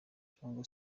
cyangwa